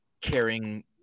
caring